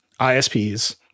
ISPs